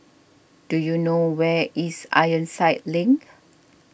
do you know where is Ironside Link